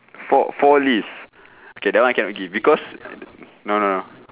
four four leave okay that one cannot give because no no no